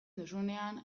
duzunean